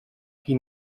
qui